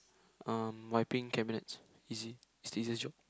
um wiping cabinets easy it's the easiest job